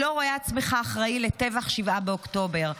לא רואה עצמך אחראי לטבח 7 באוקטובר.